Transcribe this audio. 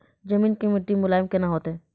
जमीन के मिट्टी मुलायम केना होतै?